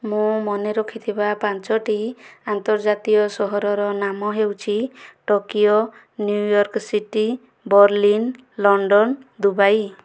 ମୁଁ ମନେ ରଖିଥିବା ପାଞ୍ଚଟି ଅନ୍ତର୍ଜାତୀୟ ସହରର ନାମ ହେଉଛି Tokyo New York city Berlin London Dubai